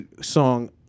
song